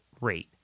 rate